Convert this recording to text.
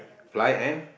fly and